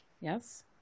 Yes